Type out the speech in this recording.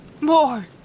more